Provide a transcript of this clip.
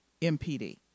MPD